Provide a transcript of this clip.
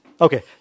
Okay